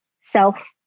self